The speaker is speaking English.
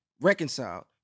reconciled